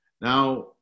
Now